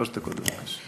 שלוש דקות, בבקשה.